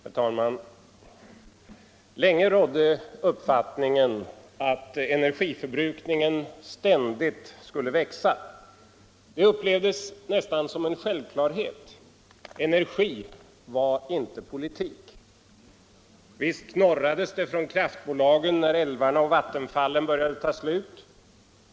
Herr talman! Länge rådde uppfattningen att energiförbrukningen ständigt skulle växa. Det upplevdes nästan som en självklarhet. Energi var inte politik. Visst knorrades det från kraftbolagen när älvarna och vattenfallen för uppbyggnad började ta slut.